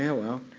yeah well.